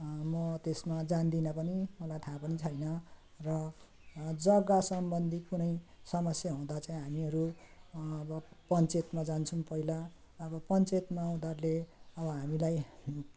म त्यसमा जान्दिनँ पनि मलाई थाहा पनि छैन र जग्गासम्बन्धी कुनै समस्या हुँदा चाहिँ हामीहरू अब पञ्चायतमा जान्छौँ पहिला अब पञ्चायतमा उनीहरूले अब हामीलाई